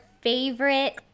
favorite